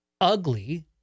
ugly